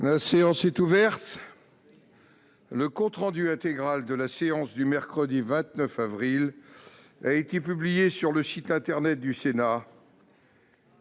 La séance est ouverte. Le compte rendu intégral de la séance du mercredi 29 avril 2020 a été publié sur le site internet du Sénat.